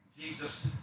Jesus